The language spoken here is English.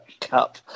Cup